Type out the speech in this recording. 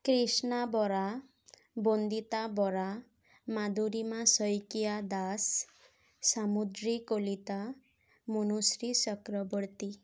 Trishna Bora Bandita Bora Madurima Saikia Das Samudri Kalita Manushree Chakraborty